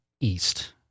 east